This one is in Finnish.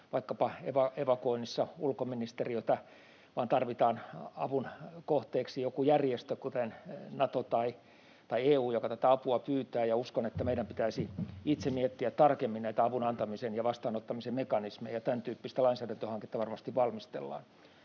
vaikkapa evakuoinnissa ulkoministeriötä, vaan tarvitaan avun kohteeksi joku järjestö, kuten Nato tai EU, joka tätä apua pyytää. Uskon, että meidän pitäisi itse miettiä tarkemmin näitä avun antamisen ja vastaanottamisen mekanismeja, ja tämäntyyppistä lainsäädäntöhanketta varmasti valmistellaan.